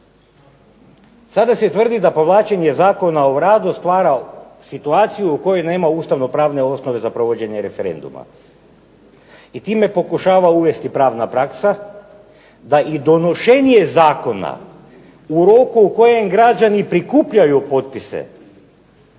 Sada se tvrdi da povlačenje Zakona o radu stvara situaciju u kojoj nema ustavno-pravne osnove za provođenje referenduma i time pokušava uvesti pravna praksa da i donošenje zakona u roku u kojem građani prikupljaju potpise